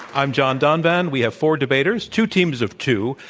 i'm john donvan. we have four debaters, two teams of two,